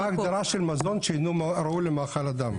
מה ההגדרה של מזון שאיננו ראוי למאכל אדם?